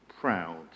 proud